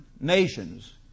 nations